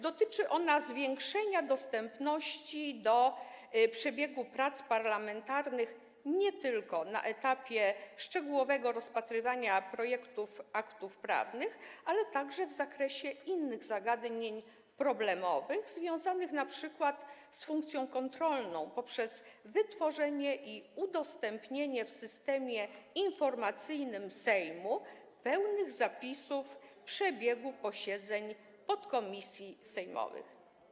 Dotyczy ona zwiększenia dostępu do przebiegu prac parlamentarnych nie tylko na etapie szczegółowego rozpatrywania projektów aktów prawnych, ale także w zakresie innych zagadnień problemowych, związanych np. z funkcją kontrolną, poprzez wytworzenie i udostępnienie w Systemie Informacyjnym Sejmu pełnych zapisów przebiegu posiedzeń podkomisji sejmowych.